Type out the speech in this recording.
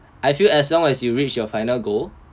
I feel as long as you reached your final goal